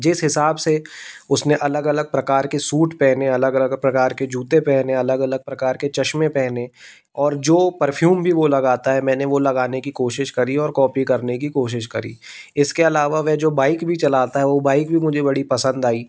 जिस हिसाब से उसने अलग अलग प्रकार के सूट पहने अलग अलग प्रकार के जूते पहने अलग अलग प्रकार के चश्मे पहने और जो परफ्यूम भी वो लगता है मैंने वो लगाने की कोशिश करी और कॉपी करने की कोशिश करी इसके अलावा वे जो बाइक भी चलता है वो बाइक भी मुझे बड़ी पसंद आई